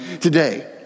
today